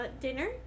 dinner